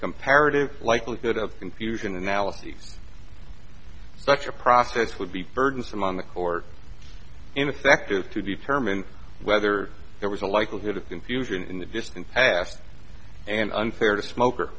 comparative likelihood of confusion analyses such a process would be burdensome on the court ineffective to be determined whether there was a likelihood of confusion in the distant past and unfair to smoke